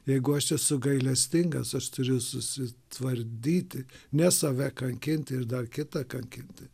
jeigu aš esu gailestingas aš turiu susitvardyti ne save kankinti ir dar kitą kankinti